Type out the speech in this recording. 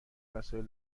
وسایل